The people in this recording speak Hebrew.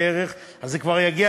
וכבר יגיע